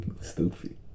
stupid